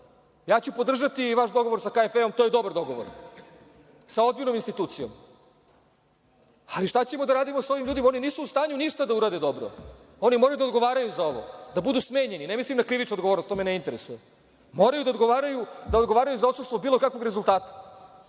odgovoran. Podržaću vaš dogovor sa KfV-om, to je dobar dogovor, sa ozbiljnom institucijom, ali šta ćemo da radimo sa ovim ljudima? Oni nisu u stanju ništa da urade dobro. Oni moraju da odgovaraju za ovo, da budu smenjeni, ne mislim na krivičnu odgovornost, to me ne interesuje, moraju da odgovaraju za odsustvo bilo kakvog rezultata. Lepo